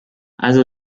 also